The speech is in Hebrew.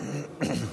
אה,